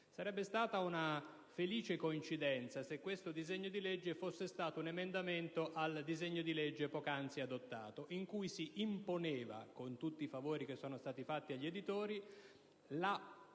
Sarebbe stata una felice coincidenza se questo disegno di legge fosse stato un emendamento al disegno di legge poc'anzi approvato, in cui si imponeva, con tutti i favori che sono stati fatti agli editori, la produzione